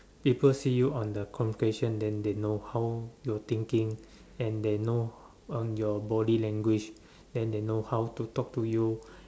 people see you on the communication then they know how your thinking and they know your body language then know how to talk to you